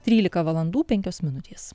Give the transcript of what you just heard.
trylika valandų penkios minutės